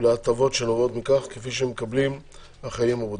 ולהטבות שנובעות מכך כפי שמקבלים החיילים הבודדים.